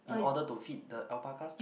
in order to feed the alpacas